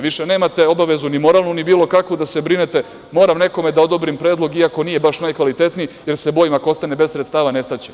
Više nemate obavezu ni moralnu ni bilo kakvu da se brinete, moram nekome da odobrim predlog iako nije baš najkvalitetniji, jer se bojim ako ostane bez sredstava nestaće.